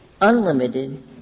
unlimited